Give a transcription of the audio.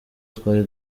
twari